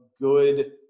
good